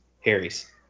Harry's